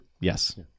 Yes